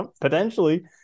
potentially